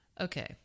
Okay